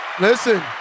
Listen